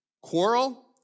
quarrel